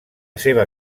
seva